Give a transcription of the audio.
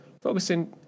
focusing